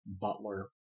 Butler